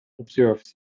observed